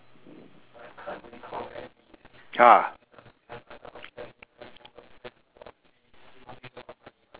ah